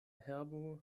herbo